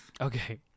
Okay